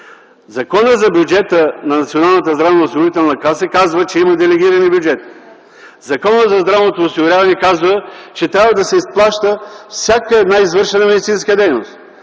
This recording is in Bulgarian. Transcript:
здравноосигурителна каса казва, че има делегирани бюджети. Законът за здравното осигуряване казва, че трябва да се изплаща всяка една извършена медицинска дейност.